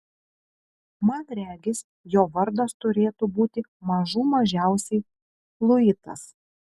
man regis jo vardas turėtų būti mažų mažiausiai luitas